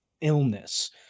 illness